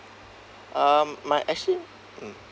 um my actually hmm